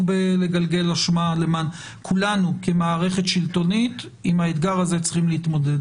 בלגלגל אשמה כולנו כמערכת השלטונית עם האתגר הזה צריכים להתמודד.